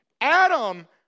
Adam